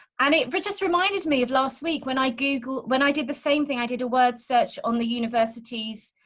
and it just reminded me of last week when i google when i did the same thing i did a word search on the university's,